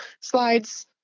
slides